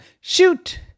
shoot